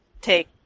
take